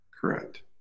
Correct